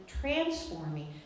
transforming